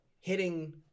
hitting